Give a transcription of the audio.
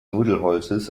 nudelholzes